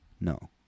No